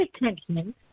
attention